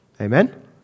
Amen